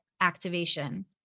activation